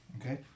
okay